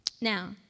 Now